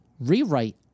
Rewrite